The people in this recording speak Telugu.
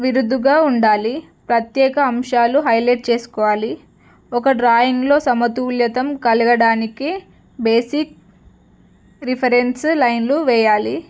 విరుద్ధంగా ఉండాలి ప్రత్యేక అంశాలు హైలైట్ చేసుకోవాలి ఒక డ్రాయింగ్లో సమతుల్యం కలగడానికి బేసిక్ రిఫరెన్స్ లైన్లు వెయ్యాలి